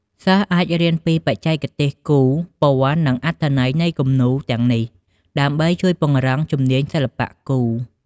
សិស្សអាចរៀនពីបច្ចេកទេសគូរ ពណ៌ និងអត្ថន័យនៃគំនូរទាំងនេះ ដើម្បីជួយពង្រឹងជំនាញសិល្បៈគូរ។